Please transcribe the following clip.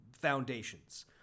foundations